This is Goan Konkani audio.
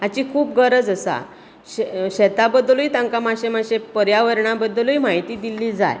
हाची खूब गरज आसा शे शेता बद्दलूय तांकां मातशें मातशें पर्यावरणा बद्दलूय म्हायती दिल्ली जाय